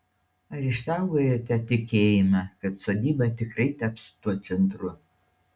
ar išsaugojote tikėjimą kad sodyba tikrai taps tuo centru